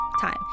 time